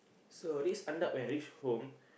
so this Andak when he reach home